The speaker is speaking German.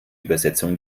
übersetzung